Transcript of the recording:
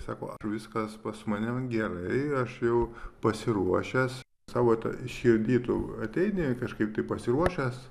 sako viskas pas mane gerai aš jau pasiruošęs savo toj širdy tu ateini kažkaip tai pasiruošęs